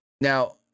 Now